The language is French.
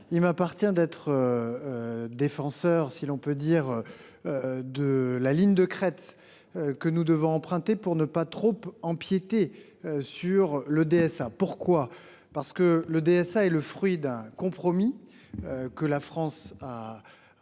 il m'appartient d'être. Défenseur. Si l'on peut dire. De la ligne de crête. Que nous devons emprunter pour ne pas trop empiéter sur le DS pourquoi parce que le DSA est le fruit d'un compromis. Que la France a.